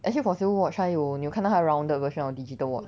actually for sale watch 它有你有看到它 rounded version of digital watch